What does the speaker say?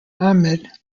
ahmad